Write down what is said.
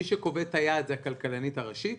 מי שקובע את היעד זו הכלכלנית הראשית